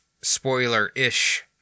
spoiler-ish